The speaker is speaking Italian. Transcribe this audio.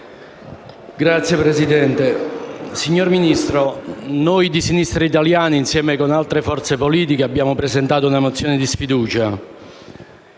*(Misto-SI-SEL)*. Signor Ministro, noi di Sinistra Italiana, insieme ad altre forze politiche, abbiamo presentato una mozione di sfiducia